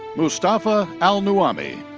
mustafa al-nuaimi.